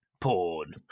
porn